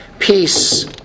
Peace